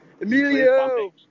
Emilio